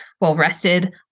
well-rested